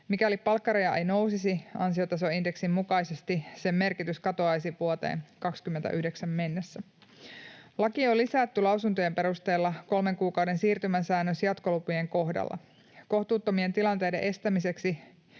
Mikäli palkkaraja ei nousisi ansiotasoindeksin mukaisesti, sen merkitys katoaisi vuoteen 29 mennessä. Lakiin on lisätty lausuntojen perusteella kolmen kuukauden siirtymäsäännös jatkolupien kohdalla. Kohtuuttomien tilanteiden estämiseksi